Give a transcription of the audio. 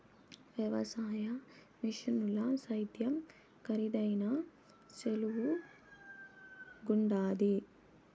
వ్యవసాయ మిషనుల సేద్యం కరీదైనా సులువుగుండాది